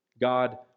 God